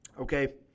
okay